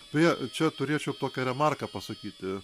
beje čia turėčiau tokią remarką pasakyti